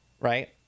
Right